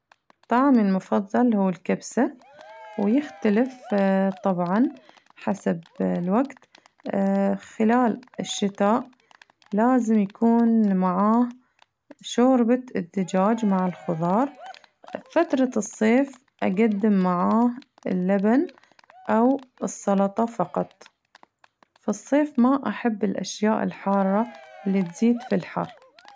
طعامي المفضل هو الكبسة ويختلف طبعاً حسب الوقت خلال الشتاء لازم يكون معاه شوربة الدجاج مع الخضار، بفترة الصيف أقدم معاه اللبن أو السلطة فقط، في الصيف ما أحب الأشياء الحارة اللي تزيد في الحر.